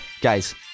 Guys